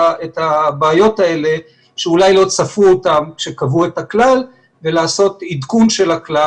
הבעיות האלה שאולי לא צפו אותן כשקבעו את הכלל ולעשות עדכון של הכלל